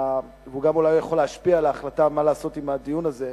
והוא אולי גם יכול להשפיע על ההחלטה מה לעשות עם הדיון הזה.